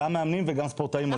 גם מאמנים וגם ספורטאים אולימפיים.